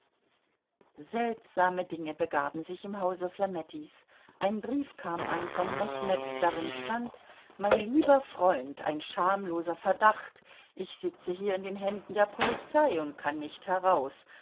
seltsame dinge begaben sich im hause flamettis ein brief kam an von mechmed darin stand mein lieber freund ein schamloser verdacht ich sitze hier in den händen der polizei und kann nicht heraus